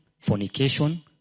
fornication